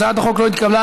הצעת החוק לא התקבלה.